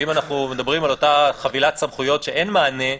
ואם אנחנו מדברים על אותה חבילת סמכויות שאין מענה שם,